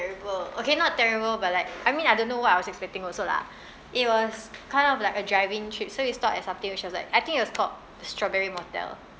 terrible okay not terrible but like I mean I don't know what I was expecting also lah it was kind of like a driving trip so we stopped at something which was like I think it was called the strawberry motel